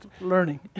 learning